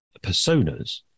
personas